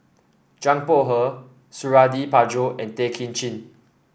Zhang Bohe Suradi Parjo and Tay Kay Chin